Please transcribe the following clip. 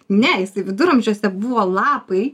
ne jisai viduramžiuose buvo lapai